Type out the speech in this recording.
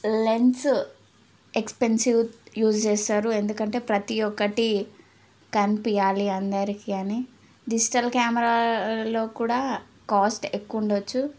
lens expensive use చేస్తారు ఎందుకంటే ప్రతి ఒక్కటి కనిపించాలి అందరికీ అని డిజిటల్ కెమెరాలో కూడా కాస్ట్ ఎక్కువ ఉండవచ్చు